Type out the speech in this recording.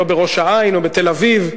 לא בראש-העין או בתל-אביב,